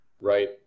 Right